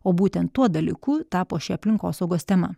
o būtent tuo dalyku tapo ši aplinkosaugos tema